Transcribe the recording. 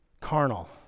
carnal